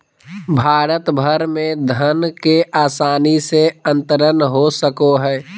भारत भर में धन के आसानी से अंतरण हो सको हइ